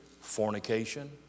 fornication